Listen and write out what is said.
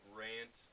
rant